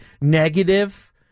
negative